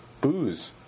booze